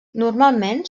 normalment